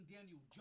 Daniel